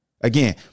Again